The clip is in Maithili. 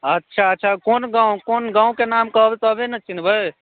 अच्छा अच्छा कोन गाँव कोन गाँवके नाम कहबै तबे ने चिन्हबै